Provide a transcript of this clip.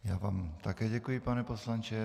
Já vám také děkuji, pane poslanče.